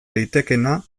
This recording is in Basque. litekeena